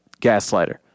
Gaslighter